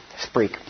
Speak